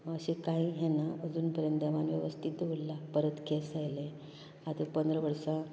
अशें कांय हे ना अजून पर्यंत देवान वेवस्थीत दवरला परत केंस आयलें आता पंदरा वर्सां